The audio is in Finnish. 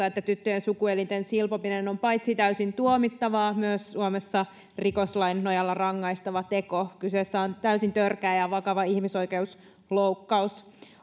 että tyttöjen sukuelinten silpominen on paitsi täysin tuomittavaa myös suomessa rikoslain nojalla rangaistava teko kyseessä on täysin törkeä ja vakava ihmisoikeusloukkaus